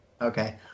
Okay